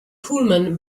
pullman